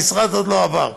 המשרד עוד לא עבר,